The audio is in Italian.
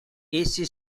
essi